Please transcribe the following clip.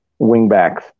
wingbacks